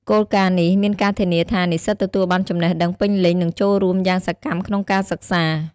គោលការណ៍នេះមានការធានាថា និស្សិតទទួលបានចំណេះដឹងពេញលេញ និងចូលរួមយ៉ាងសកម្មក្នុងការសិក្សា។